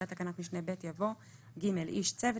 אחרי תקנת משנה (ב) יבוא : "(ג) איש צוות,